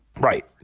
Right